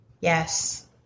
Yes